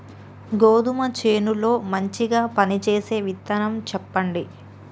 గోధుమ చేను లో మంచిగా పనిచేసే విత్తనం చెప్పండి?